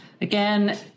Again